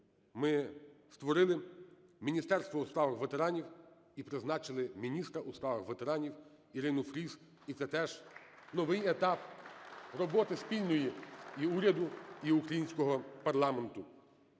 ми створили Міністерство у справах ветеранів і призначили міністра у справах ветеранів ІринуФріз. І це теж новий етап роботи спільної і уряду, і українського парламенту.